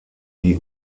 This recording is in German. die